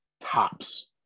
Tops